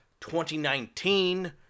2019